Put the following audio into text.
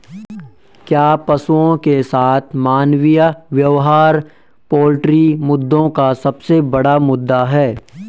क्या पशुओं के साथ मानवीय व्यवहार पोल्ट्री मुद्दों का सबसे बड़ा मुद्दा है?